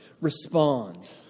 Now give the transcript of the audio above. respond